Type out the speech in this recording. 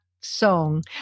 song